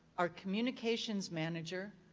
our communications manager,